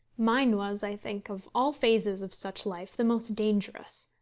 mine was, i think, of all phases of such life the most dangerous.